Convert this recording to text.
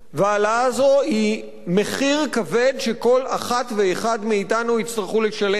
וההעלאה הזאת היא מחיר כבד שכל אחד ואחת מאתנו יצטרכו לשלם,